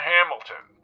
Hamilton